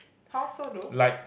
how so though